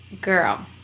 girl